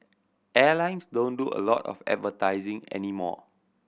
airlines don't do a lot of advertising anymore